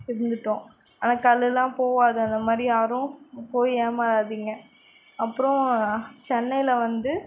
இருந்துவிட்டோம் ஆனால் கல்லெல்லாம் போகாது அந்தமாதிரி யாரும் போய் ஏமாறாதீங்க அப்றம் சென்னையில் வந்து